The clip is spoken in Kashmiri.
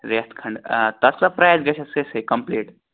ریٚتھ کھَنڈ آ تتھ کوتاہ پرایز گَژھِ اَسہِ سٲرسے کمپلیٖٹ